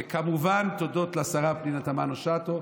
וכמובן, תודות לשרה פנינה תמנו שטה.